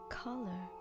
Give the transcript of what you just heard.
color